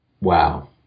Wow